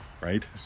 right